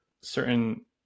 certain